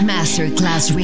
Masterclass